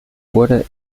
wurde